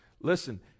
listen